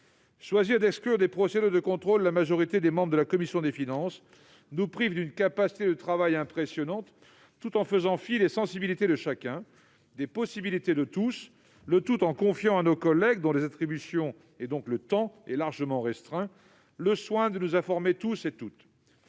Choisir d'exclure des procédures de contrôle la majorité des membres de la commission des finances nous prive d'une capacité de travail impressionnante, tout en faisant fi des sensibilités de chacun et des possibilités de tous, en confiant à nos collègues, dont le temps est largement restreint au vu de leurs attributions, le soin de nous informer tous et toutes.